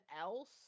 else